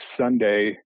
Sunday